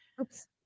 Oops